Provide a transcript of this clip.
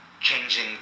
changing